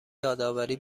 یادآوری